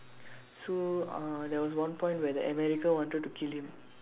so uh there was one point where the America wanted to kill him